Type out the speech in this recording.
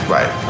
Right